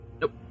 Nope